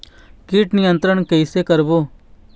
कीट नियंत्रण कइसे करबो?